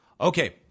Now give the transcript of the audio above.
okay